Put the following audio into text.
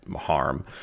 harm